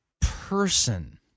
person